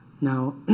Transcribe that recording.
Now